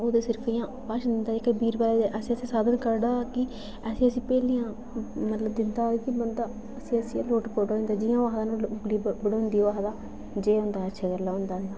ओह् ते सिर्फ इ'यां भाशन दिंदा जेह्का बीरवल ऐ ऐसे ऐस् साधन करदा कि ऐसी ऐसी पहेलियां मतलब दिंदा कि बंदा हस्सी हस्सियै लोट पोट होई अंदा जि'यां ओह् आखदा उ'दी उंगली बढोंदी ओह् आखदा जे होंदा अच्छी गल्ला होंदा ऐ